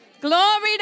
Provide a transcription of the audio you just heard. glory